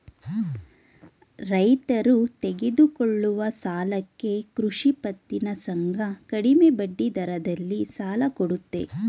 ರೈತರು ತೆಗೆದುಕೊಳ್ಳುವ ಸಾಲಕ್ಕೆ ಕೃಷಿ ಪತ್ತಿನ ಸಂಘ ಕಡಿಮೆ ಬಡ್ಡಿದರದಲ್ಲಿ ಸಾಲ ಕೊಡುತ್ತೆ